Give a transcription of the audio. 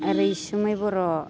रैसुमै बर'